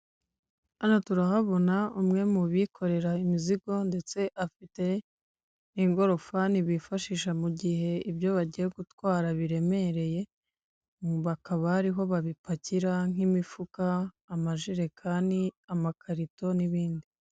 Hano turahabona umwe mu bikorere imizigo ndetse afite n'ingorofani bifashisha mu gihe ibyo bagiye gutwara biremereye. Bakaba ariho babipakira nk'imifuka, amajerekani, amakarito n'ibindi.